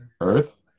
earth